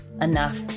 enough